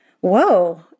whoa